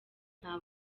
nta